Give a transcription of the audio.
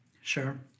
Sure